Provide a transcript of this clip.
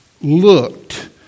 looked